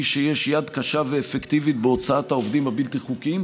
שיש יד קשה ואפקטיבית בהוצאת העובדים הבלתי-חוקיים,